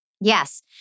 Yes